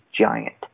giant